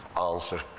answer